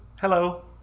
Hello